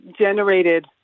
generated